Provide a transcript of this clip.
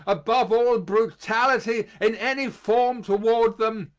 above all, brutality in any form toward them,